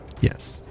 Yes